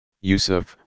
Yusuf